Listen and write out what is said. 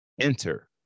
Enter